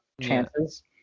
chances